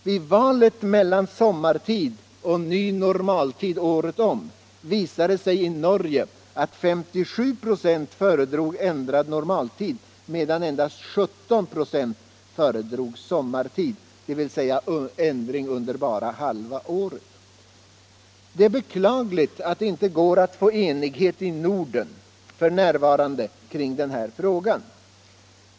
Vid valet mellan sommartid och ny normaltid året om visar det sig i Norge att 57 ”a föredrog ändrad normaltid, medan endast 17 ”» föredrog sommartid, dvs. ändring under bara halva året. Det är beklagligt att det inte f.n. går att få enighet i Norden kring den här frågan.